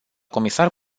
comisar